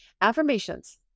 affirmations